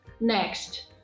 NEXT